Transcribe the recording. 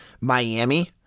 Miami